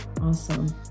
awesome